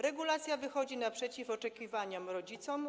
Regulacja wychodzi naprzeciw oczekiwaniom rodziców.